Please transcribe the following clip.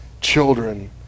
children